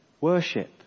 worship